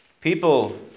People